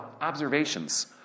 observations